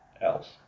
else